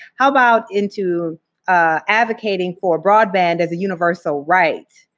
how about into advocating for broadband as a universal right,